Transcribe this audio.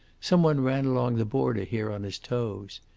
some one ran along the border here on his toes.